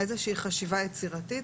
איזו שהיא חשיבה יצירתית,